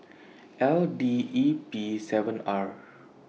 L D E P seven R